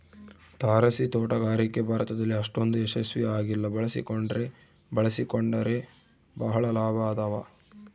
ತಾರಸಿತೋಟಗಾರಿಕೆ ಭಾರತದಲ್ಲಿ ಅಷ್ಟೊಂದು ಯಶಸ್ವಿ ಆಗಿಲ್ಲ ಬಳಸಿಕೊಂಡ್ರೆ ಬಳಸಿಕೊಂಡರೆ ಬಹಳ ಲಾಭ ಅದಾವ